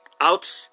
out